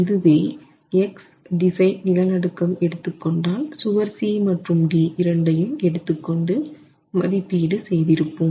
இதுவே X திசை நிலநடுக்கம் எடுத்துக் கொண்டால் சுவர் C மற்றும் D இரண்டையும் எடுத்துக்கொண்டு மதிப்பீடு செய்திருப்போம்